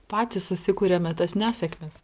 patys susikuriame tas nesėkmes